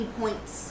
points